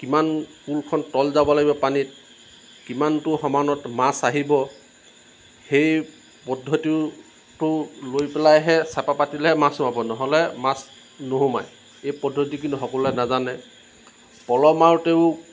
কিমান কুলখন তল যাব লাগিব পানীত কিমানটো সমানত মাছ আহিব সেই পদ্ধতিৰোতো লৈ পেলাইহে চেপা পাতিলেহে মাছ ৰ'ব নহ'লে মাছ নোসোমাই এই পদ্ধতি কিন্তু সকলোৱে নাজানে পল মাৰোতেও